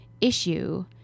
issue